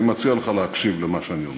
מה זה קשור?